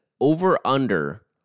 over-under